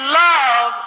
love